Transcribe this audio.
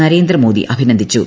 നരേന്ദ്രമോദി അഭിനന്ദിച്ചു